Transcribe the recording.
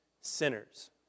sinners